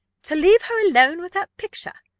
to leave her alone with that picture?